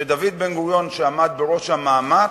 שדוד בן-גוריון, שעמד בראש המאמץ,